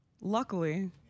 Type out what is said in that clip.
luckily